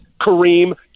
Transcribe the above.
Kareem